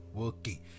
working